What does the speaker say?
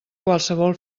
qualsevol